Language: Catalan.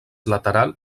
lateral